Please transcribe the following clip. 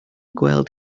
gweld